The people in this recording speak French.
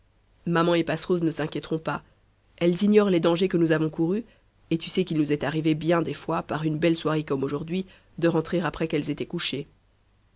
maman et passerose ne s'inquiéteront pas elles ignorent les dangers que nous avons courus et tu sais qu'il nous est arrivé bien des fois par une belle soirée comme aujourd'hui de rentrer après qu'elles étaient couchées